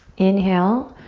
inhale.